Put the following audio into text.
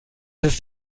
ist